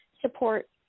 support